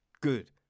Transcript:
good